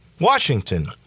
Washington